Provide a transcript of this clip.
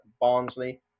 Barnsley